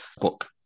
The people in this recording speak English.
book